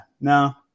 no